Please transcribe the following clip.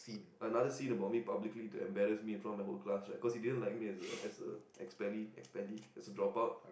another scen about me publically to embarrass me in front the whole class right he didn't like me as a as a expellee expellee as a dropout